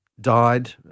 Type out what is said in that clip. died